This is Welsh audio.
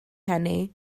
hynny